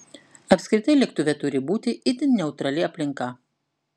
apskritai lėktuve turi būti itin neutrali aplinka